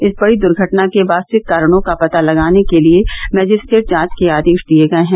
इस बड़ी दूर्घटना के वास्तविक कारणों का पता लगाने के लिए मजिस्ट्रेट जांच के आदेश दिये गये हैं